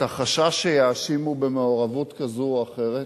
החשש שיאשימו במעורבות כזאת או אחרת,